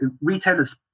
retailers